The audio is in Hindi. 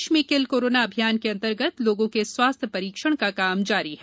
प्रदेश में किल कोरोना अभियान के अंतर्गत लोगों के स्वास्थ्य परीक्षण का काम जारी है